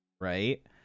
right